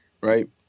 right